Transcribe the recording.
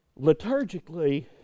Liturgically